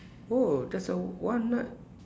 oh there's a walnut